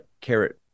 carrot